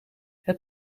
het